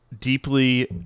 deeply